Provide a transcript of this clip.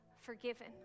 forgiven